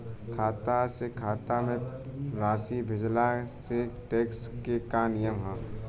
खाता से खाता में राशि भेजला से टेक्स के का नियम ह?